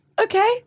Okay